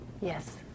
Yes